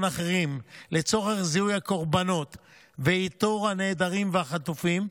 אחרים לצורך זיהוי הקורבנות ואיתור הנעדרים והחטופים,